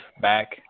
back